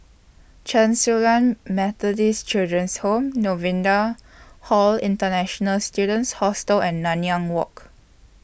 Chen Su Lan Methodist Children's Home Novena Hall International Students Hostel and Nanyang Walk